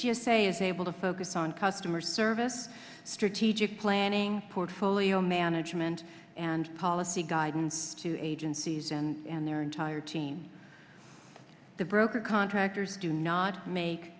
g s a is able to focus on customer service strategic planning portfolio management and policy guidance to agencies and their entire team the broker contractors do not make